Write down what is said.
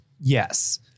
yes